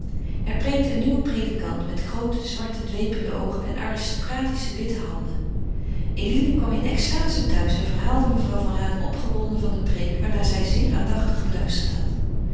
er preekte een nieuwe predikant met groote zwarte dwepende oogen en aristocratische witte handen eline kwam in een extaze thuis en verhaalde mevrouw van raat opgewonden van de preek waarnaar zij aandachtig geluisterd had